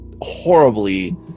horribly